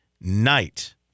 night